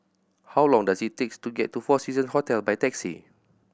how long does it takes to get to Four Season Hotel by taxi